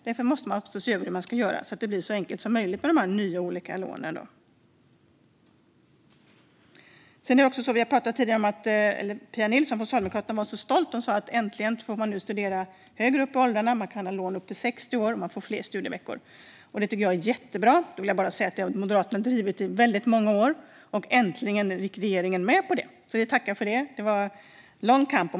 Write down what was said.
Därför måste man se över hur man ska göra så att det blir så enkelt som möjligt med de olika nya lånen. Pia Nilsson från Socialdemokraterna var så stolt när hon sa att man nu äntligen får studera högre upp i åldrarna - man kan ha lån upp till 60 år och får fler studieveckor. Detta tycker jag är jättebra. Jag vill bara säga att Moderaterna har drivit detta i många år, och äntligen gick regeringen med på det. Jag tackar för det; det var en lång kamp.